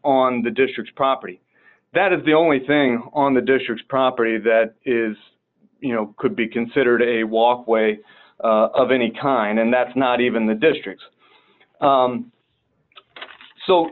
on the district's property that is the only thing on the district's property that is you know could be considered a walkway of any time and that's not even the district's